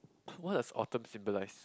what does Autumn symbolise